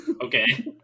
Okay